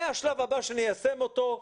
זה השלב הבא שניישם אותו,